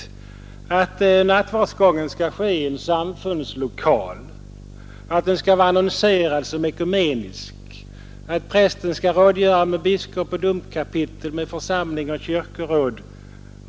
Den anför sålunda att ekumenisk nattvardsgång skall ske i en samfundslokal, att den skall vara annonserad som ekumenisk, att prästen skall rådgöra med biskop och domkapitel liksom också med församling och kyrkoråd.